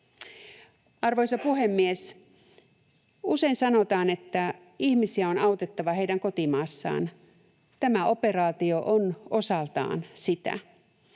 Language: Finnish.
Arvoisa puhemies! Usein sanotaan, että ihmisiä on autettava heidän kotimaassaan. Tämä operaatio on osaltaan sitä.